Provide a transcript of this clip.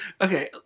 Okay